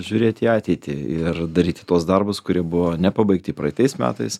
žiūrėt į ateitį ir daryti tuos darbus kurie buvo nepabaigti praeitais metais